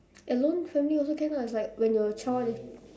alone family also can lah it's like when you're a child